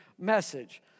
message